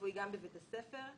בבית הספר,